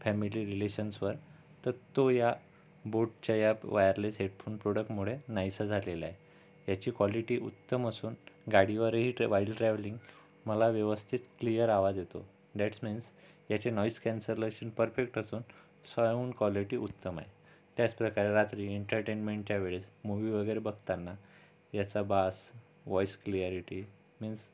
family रिलेशन्ससवर तर तो या बोटच्या या वायरलेस हेडफोन प्रॉडक्टमुळे नाहीसा झालेला आहे ह्याची कॉलिटी उत्तम असून गाडीवरही ट्रॅ व्हाईल ट्रॅव्हलिंग मला व्यवस्थित क्लीयर आवाज येतो द्यट्स मिन्स त्याचे नॉईज कॅन्सरलेशन परफेक्ट असून साऊंड कॉलिटी उत्तम आहे त्याचप्रकारे रात्री एन्टरटेन्टमेंटच्या वेळेस मुव्ही वगैरे बघताना याचा बास व्हॉईस क्लीआरिटी मिन्स